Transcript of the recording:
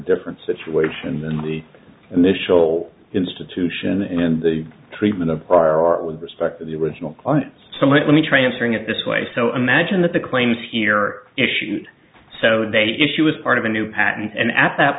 different situation than the initial institution in the treatment of prior art with respect to the original client so let me try answering it this way so imagine that the claims here are issued so they issue is part of a new patent and at that